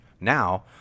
now